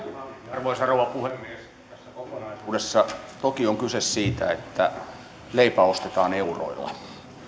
arvoisa rouva puhemies kokonaisuudessa toki on kyse siitä että leipä ostetaan euroilla